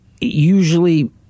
usually